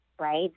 right